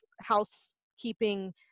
housekeeping